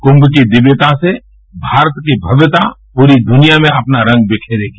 कुंम की दिव्यता से भारत की मध्यता पूरी दुनिया में अपना रंग बिखेरगी